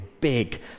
big